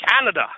Canada